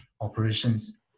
operations